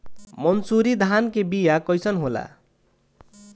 मनसुरी धान के बिया कईसन होला?